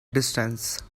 distance